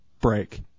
break